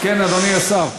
כן, אדוני השר.